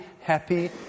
happy